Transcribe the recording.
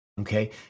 okay